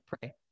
pray